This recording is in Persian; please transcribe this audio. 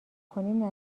کنیم